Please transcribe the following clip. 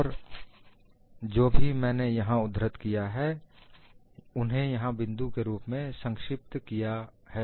और जो भी मैंने यहां उद्धृत किया है उन्हें यहां बिंदु के रूप में संक्षिप्त किया है